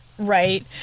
Right